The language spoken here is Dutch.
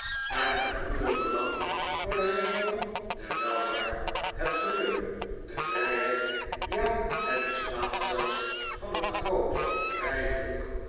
en van hoeveel belang voor den rijkdom de welvaart het geluk de vrijheid ja het bestaan zelfs van een groot vrij volk